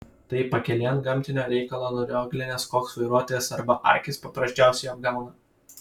tai pakelėn gamtinio reikalo nurioglinęs koks vairuotojas arba akys paprasčiausiai apgauna